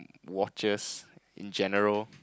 watches in general